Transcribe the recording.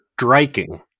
striking